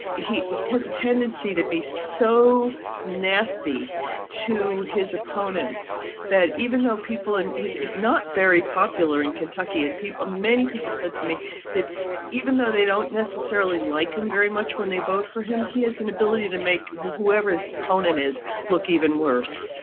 he he has a tendency to be so nasty to his opponents that even though people and he's not very popular in kentucky and people many people said to me that even though they don't necessarily like him very much when they vote for him, he has an ability to make whoever is opponent is look even worse.